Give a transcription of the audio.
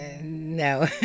No